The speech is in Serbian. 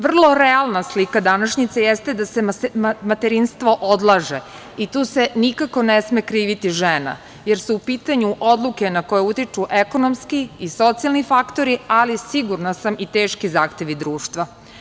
Vrlo realna slika današnjice jeste da se materinstvo odlaže i tu se nikako ne sme kriviti žena, jer su u pitanju odluke na koje utiču ekonomski i socijalni faktori, ali sigurna sam i teški zahtevi društva.